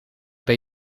ben